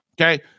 Okay